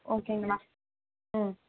ஓகேங்களா ம்